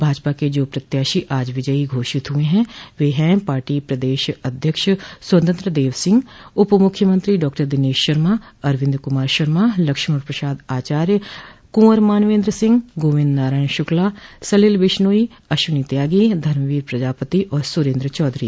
भाजपा के जो प्रत्याशी आज विजयी घोषित हुए हैं वे हैं पार्टी प्रदेश अध्यक्ष स्वतंत्र देव सिंह उप मुख्यमंत्री डॉक्टर दिनेश शर्मा अरविन्द कुमार शर्मा लक्ष्मण प्रसाद आचार्य कुॅवर मान्वेन्द्र सिंह गोविन्द नारायण शुक्ला सलिल बिश्नोई अश्वनी त्यागी धर्मवीर प्रजापति और सुरेन्द्र चौधरी